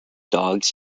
dogs